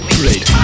great